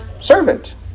servant